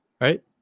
Right